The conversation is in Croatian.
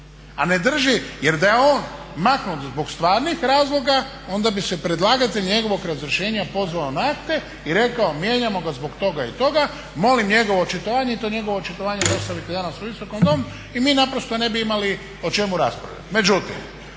A ne drži, jer da je on maknut zbog stvarnih razloga onda bi se predlagatelj njegovog razrješenja pozvao na akte i rekao mijenjamo ga zbog toga i toga, molim njegove očitovanje i to njegovo očitovanje dostavite danas u Visoki dom i mi naprosto ne bi imali o čemu raspravljati.